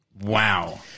Wow